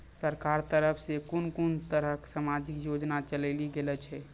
सरकारक तरफ सॅ कून कून तरहक समाजिक योजना चलेली गेलै ये?